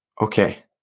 okay